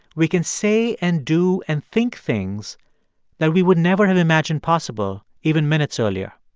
we can say and do and think things that we would never have imagined possible even minutes earlier.